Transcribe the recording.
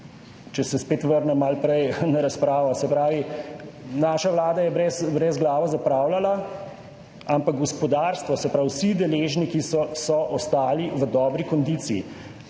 če se spet vrnem na razpravo malo prej. Se pravi, naša vlada je brezglavo zapravljala, ampak gospodarstvo, se pravi vsi deležniki so ostali v dobri kondiciji.